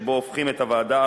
שבו הופכים את הוועדה,